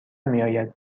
میاید